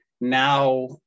now